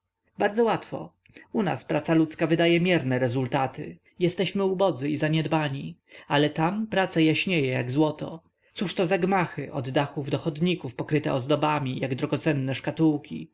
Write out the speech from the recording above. łatwo u nas praca ludzka wydaje mierne rezultaty jesteśmy ubodzy i zaniedbani ale tam praca jaśnieje jak słońce cóżto za gmachy od dachów do chodników pokryte ozdobami jak drogocenne szkatułki